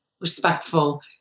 respectful